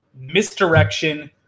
misdirection